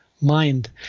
mind